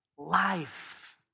Life